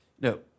no